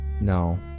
no